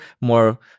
more